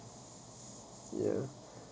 ya